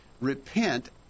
Repent